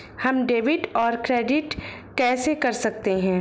हम डेबिटऔर क्रेडिट कैसे कर सकते हैं?